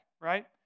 right